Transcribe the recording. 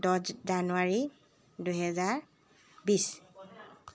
দহ জানুৱাৰী দুহেজাৰ বিছ